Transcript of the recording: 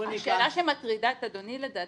השאלה שמטרידה את אדוני לדעתי,